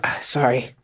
Sorry